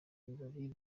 birori